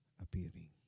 appearing